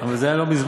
אבל זה היה לא מזמן,